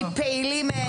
מפעילים?